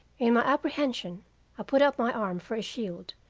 in my apprehension i put up my arm for a shield,